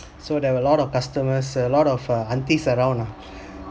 so there were a lot of customers a lot of uh aunties around ah